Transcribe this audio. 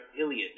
Iliad